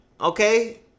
Okay